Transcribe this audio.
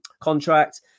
contract